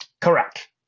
Correct